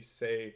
say